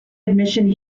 admission